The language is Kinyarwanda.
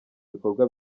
bikorwa